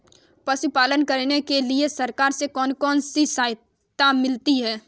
पशु पालन करने के लिए सरकार से कौन कौन सी सहायता मिलती है